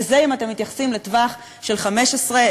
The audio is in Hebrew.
וזה אם אתם מתייחסים לטווח של 15,